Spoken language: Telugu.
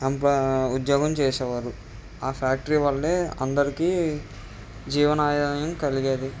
అంతా ఉద్యోగం చేసేవారు ఆ ఫ్యాక్టరీ వల్లే అందరికీ జీవనాధారము కలిగేది